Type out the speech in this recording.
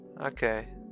Okay